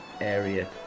area